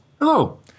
Hello